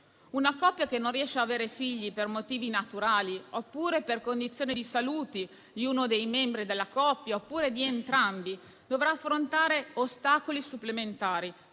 Una coppia che non riesce ad avere figli per motivi naturali, oppure per condizioni di salute di uno dei membri della coppia o di entrambi, dovrà affrontare ostacoli supplementari,